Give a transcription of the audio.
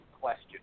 question